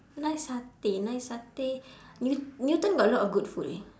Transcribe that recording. nice satay nice satay new~ newton got a lot of good food eh